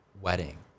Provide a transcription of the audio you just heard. wedding